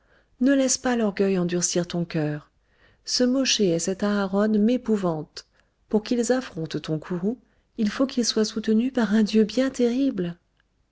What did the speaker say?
ne laisse pas l'orgueil endurcir ton cœur ce mosché et cet aharon m'épouvantent pour qu'ils affrontent ton courroux il faut qu'ils soient soutenus par un dieu bien terrible